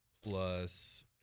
plus